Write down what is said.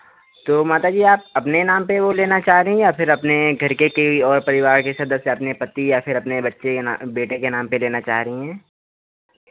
तो माता जी आप अपने नाम पे वो लेना चाह रही हैं या फिर अपने घर के कोई और परिवार के सदस्य अपने पति या फिर अपने बच्चे बेटे के नाम पे लेना चाह रही हैं